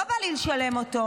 לא בא לי לשלם אותו,